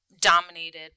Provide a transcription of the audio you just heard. dominated